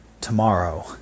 tomorrow